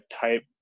type